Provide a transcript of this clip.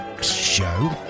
show